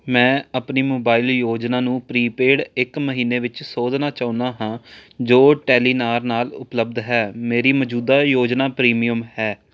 ਮੈਂ ਆਪਣੀ ਮੋਬਾਈਲ ਯੋਜਨਾ ਨੂੰ ਪ੍ਰੀਪੇਡ ਇੱਕ ਮਹੀਨਾ ਵਿੱਚ ਸੋਧਣਾ ਚਾਹੁੰਦਾ ਹਾਂ ਜੋ ਟੈਲੀਨਾਰ ਨਾਲ ਉਪਲਬਧ ਹੈ ਮੇਰੀ ਮੌਜੂਦਾ ਯੋਜਨਾ ਪ੍ਰੀਮੀਅਮ ਹੈ